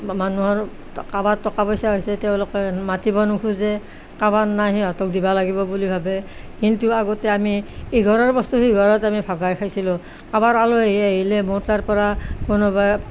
মানুহৰ কাৰোবাৰ টকা পইচা হৈছে তেওঁলোকে মাতিব নোখোজে কাৰোবাৰ নাই সিঁহতক দিব লাগিব বুলি ভাবে কিন্তু আগতে আমি ইঘৰৰ বস্তু সিঘৰত আমি ভগাই খাইছিলোঁ কাৰোবাৰ আলহী আহিলে মোৰ তাৰ পৰা কোনোবাই